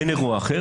אין אירוע אחר.